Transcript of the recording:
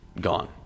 gone